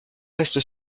reste